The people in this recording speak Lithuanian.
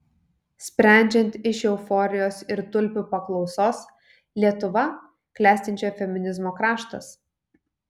sprendžiant iš euforijos ir tulpių paklausos lietuva klestinčio feminizmo kraštas